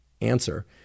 answer